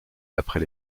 d’après